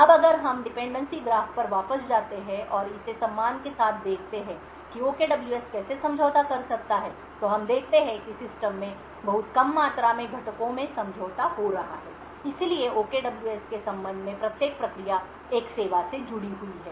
अब अगर हम निर्भरता ग्राफ पर वापस जाते हैं और इसे सम्मान के साथ देखते हैं कि OKWS कैसे समझौता कर सकता है तो हम देखते हैं कि सिस्टम में बहुत कम मात्रा में घटकों में समझौता हो रहा है इसलिए OKWS के संबंध में प्रत्येक प्रक्रिया एक सेवा से जुड़ी हुई है